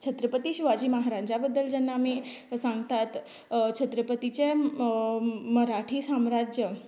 छत्रपती शिवाजी महाराजा बद्दल जेन्ना आमी सांगतात छत्रपतीचें म मराठी साम्राज्य